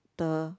the